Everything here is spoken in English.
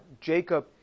Jacob